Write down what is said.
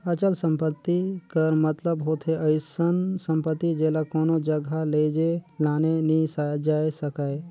अचल संपत्ति कर मतलब होथे अइसन सम्पति जेला कोनो जगहा लेइजे लाने नी जाए सके